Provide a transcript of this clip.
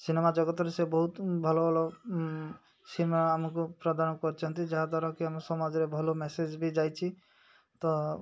cinema ଜଗତରେ ସେ ବହୁତ ଭଲ ଭଲ ସିନେମା ଆମକୁ ପ୍ରଦାନ କରିଛନ୍ତି ଯାହାଦ୍ୱାରା କିି ଆମ ସମାଜରେ ଭଲ ମେସେଜ୍ ବି ଯାଇଛି ତ